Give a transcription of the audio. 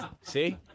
See